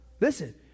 listen